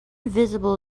visible